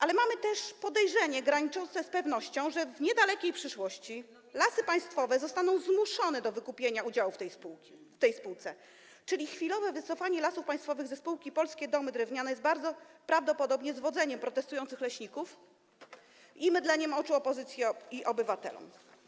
Ale mamy też podejrzenie graniczące z pewnością, że w niedalekiej przyszłości Lasy Państwowe zostaną zmuszone do wykupienia udziałów w tej spółce, czyli chwilowe wycofanie Lasów Państwowych ze spółki Polskie Domy Drewniane jest prawdopodobnie zwodzeniem protestujących leśników i mydleniem oczu opozycji i obywatelom.